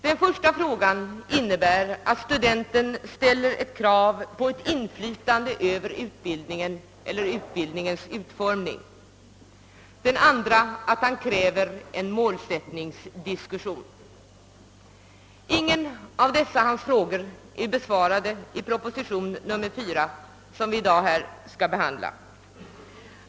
Den första frågan innebär att studenten ställer krav på inflytande över utbildningen och dess utformning, den andra att han kräver diskussion om utbildningens målsättning. Ingen av dessa frågor är besvarad i proposition nr 4 som riksdagen nu skall behandla.